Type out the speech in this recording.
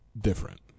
different